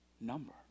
number